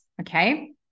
Okay